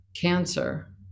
cancer